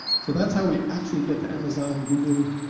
so that's how we actually get to amazon, google,